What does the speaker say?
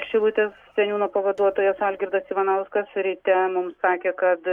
šilutės seniūno pavaduotojas algirdas ivanauskas ryte mums sakė kad